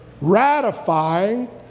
ratifying